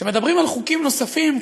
שמדברים על חוקים נוספים,